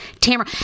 Tamara